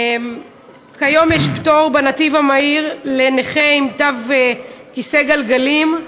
כיום יש פטור בנתיב המהיר לנכה עם תג כיסא גלגלים,